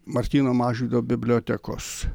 martyno mažvydo bibliotekos